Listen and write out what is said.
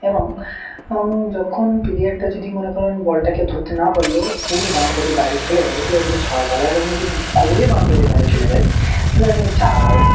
এবং ওং যখন প্লেয়ারটা যদি মনে করেন বলটা কেউ ধরতে না পারল উড়ে বাউন্ডারির বাইরে চলে গেল তাহলে ওটাকে ছয় বলে আর এবং যদি গড়িয়ে বাউন্ডারির বাইরে চলে যায় তাহলে ওটাকে চার বলে